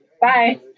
Bye